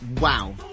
wow